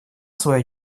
свой